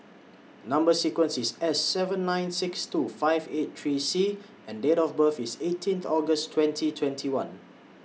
Number sequence IS S seven nine six two five eight three C and Date of birth IS eighteen August twenty twenty one